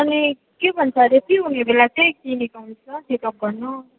अनि के भन्छ हरे त्यो हुने बेला चाहिँ क्लिनिक आउनु होस् ल चेक अप गर्नु